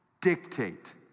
dictate